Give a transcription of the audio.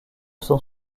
son